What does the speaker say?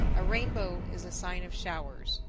a rainbow is a sign of showers.